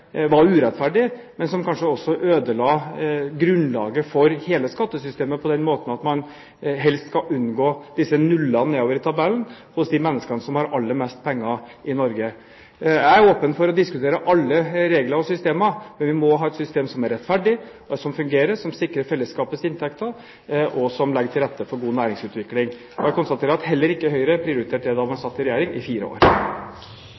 var urettferdige, men som kanskje også ødela grunnlaget for hele skattesystemet – på den måten at man helst skal unngå disse nullene nedover i tabellen hos de menneskene som har aller mest penger i Norge. Jeg er åpen for å diskutere alle regler og systemer. Men vi må ha et system som er rettferdig, og som fungerer, som sikrer fellesskapets inntekter, og som legger til rette for god næringsutvikling. Jeg konstaterer at heller ikke Høyre prioriterte det da de satt i regjering i fire år.